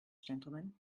gentlemen